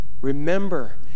Remember